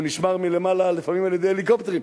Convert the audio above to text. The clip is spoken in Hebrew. והוא נשמר מלמעלה לפעמים על-ידי הליקופטרים.